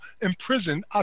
imprisoned